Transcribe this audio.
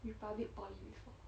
republic poly before